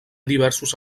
diversos